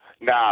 Nah